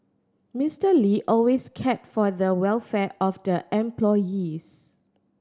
Mister Lee always cared for the welfare of the employees